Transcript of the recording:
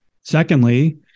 Secondly